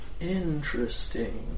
Interesting